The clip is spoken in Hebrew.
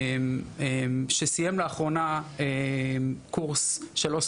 שסיים לאחרונה קורס של עו״ס